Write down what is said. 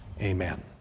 amen